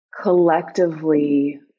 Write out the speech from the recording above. collectively